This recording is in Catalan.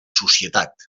societat